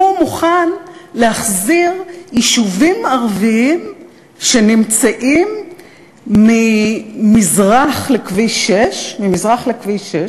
מוכן להחזיר יישובים ערביים שנמצאים ממזרח לכביש 6. ממזרח לכביש 6,